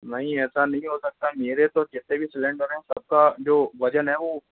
नहीं ऐसा नहीं हो सकता मेरे तो जितने भी सिलेंडर है सबका जो वजन है वह